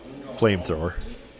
flamethrower